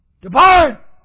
Depart